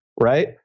right